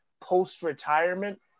post-retirement